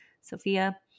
Sophia